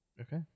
Okay